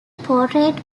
portrayed